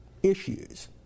issues